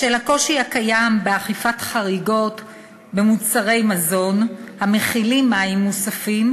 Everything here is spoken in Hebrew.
בשל הקושי הקיים באכיפת חריגות במוצרי מזון המכילים מים מוספים,